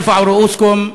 הרימו ראשיכם.